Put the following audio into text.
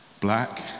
Black